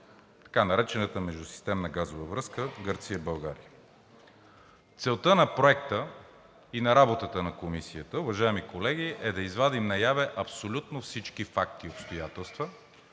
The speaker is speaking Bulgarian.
така наречената Междусистемна газова връзка Гърция – България. Целта на Проекта и на работата на комисията, уважаеми колеги, е да извадим наяве абсолютно всички факти и обстоятелства,